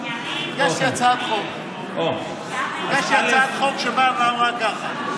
יש לי הצעת חוק שבאה ואמרה ככה: